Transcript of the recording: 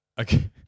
Okay